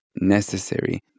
necessary